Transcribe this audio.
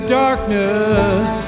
darkness